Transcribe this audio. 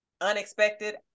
Unexpected